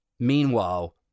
Meanwhile